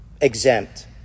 exempt